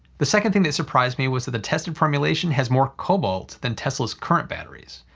the second thing that surprised me was that the tested formulation has more cobalt than tesla's current batteries.